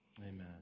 Amen